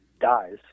dies